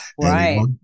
Right